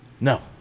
No